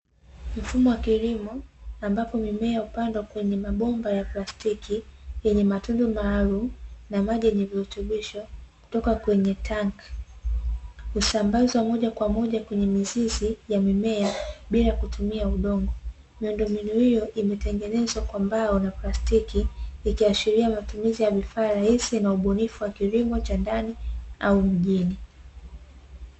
Mfumo wa kilimo, ambapo mimea hupandwa kwenye mabomba ya plastiki yenye matundu maalumu, na maji yenye virutubisho kutoka kwenye tanki. Husambazwa moja kwa moja kwenye mizizi ya mimea, bila kutumia udongo. Miundombinu hiyo imetengenezwa kwa mbao na plastiki, ikiashiria matumizi ya vifaa rahisi na ubunifu wa kilimo cha ndani au mjini.